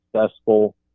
successful